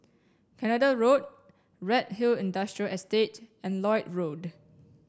Canada Road Redhill Industrial Estate and Lloyd Road